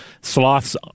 sloths